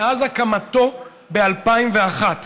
מאז הקמתו ב-2001,